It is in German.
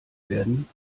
werden